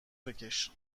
بکش